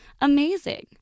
Amazing